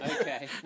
Okay